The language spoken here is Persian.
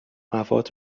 مواد